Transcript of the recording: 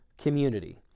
community